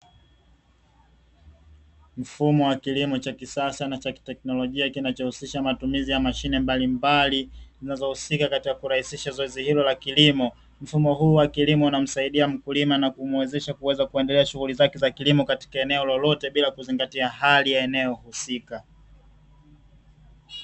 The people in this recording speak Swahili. Mfumo wa kilimo cha kisasa na cha kiteknolojia kinachohusisha matumizi ya mashine mbalimbali zinazohusika katika kurahisisha zoezi hilo la kilimo. Mfumo huu wa kilimo unamsaidia mkulima na kumuwezesha kuweza kuendelea na shughuli zake katika eneo lolote bila kuzingatia hali ya eneo husika.